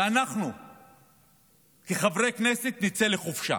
ואנחנו כחברי כנסת נצא לחופשה